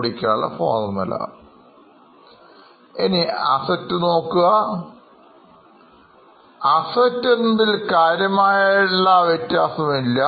പിന്നെ Assets നോക്കുക Assets എന്നതിൽകാര്യമായ വ്യത്യാസമില്ല